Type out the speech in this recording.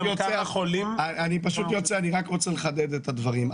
אני רק רוצה לחדד את הדברים.